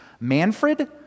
Manfred